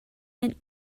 and